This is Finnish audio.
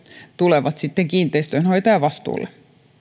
tulevat sitten kiinteistön hoitajan vastuulle